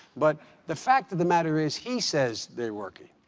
but the fact of the matter is, he says they're working.